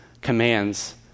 commands